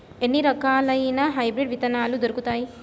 ఎన్ని రకాలయిన హైబ్రిడ్ విత్తనాలు దొరుకుతాయి?